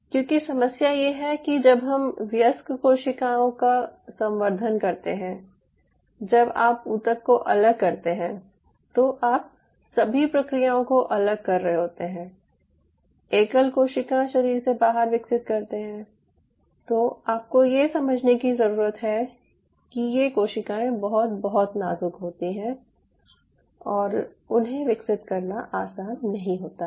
क्योंकि समस्या ये है कि जब हम वयस्क कोशिकाएं का संवर्धन करते हैं जब आप ऊतक को अलग करते हैं तो आप सभी प्रक्रियाओं को अलग कर रहे होते हैं एकल कोशिका शरीर से बाहर विकसित करते हैं तो आपको ये समझने की ज़रूरत है कि ये कोशिकाएं बहुत बहुत नाजुक होती है और उन्हें विकसित करना आसान नहीं होता है